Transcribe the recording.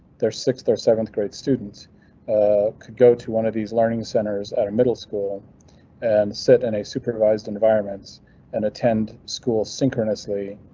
their sixth or seventh grade students ah could go to one of these learning centers at a middle school and sit in a supervised environments and attend school synchronously.